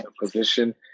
position